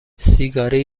سیگاری